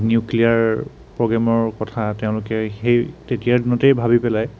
nuclear প্ৰগেমৰ কথা তেওঁলোকে সেই তেতিয়াৰ দিনতেই ভাৱি পেলাই